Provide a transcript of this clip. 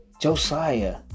Josiah